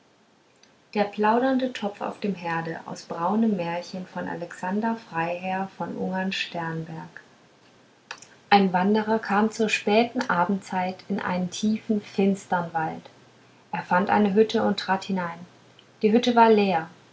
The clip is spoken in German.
der plaudernde topf auf dem herde ein wanderer kam zur späten abendzeit in einen tiefen finstern wald er fand eine hütte und trat hinein die hütte war leer